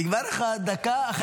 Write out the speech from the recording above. נגמרה לך דקה אחרי דקה.